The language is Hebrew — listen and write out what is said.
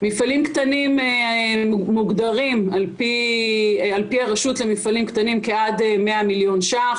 מפעלים קטנים מוגדרים על-פי הרשות למפעלים קטנים כעד 100 מיליון שקלים,